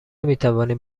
میتوانیم